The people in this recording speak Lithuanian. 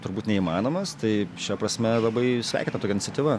turbūt neįmanomas tai šia prasme labai sveikintina tokia iniciatyva